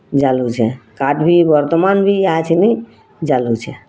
ଜାଲୁଛେଁ କାଠ୍ ବି ବର୍ତ୍ତମାନ୍ ବି ଇହାଛିନି ଜାଲୁଛେଁ